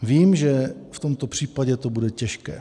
Vím, že v tomto případě to bude těžké.